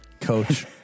Coach